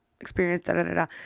experience